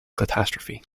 catastrophe